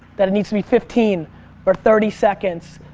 that it need to be fifteen or thirty seconds,